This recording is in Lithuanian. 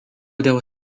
dėl